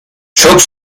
çok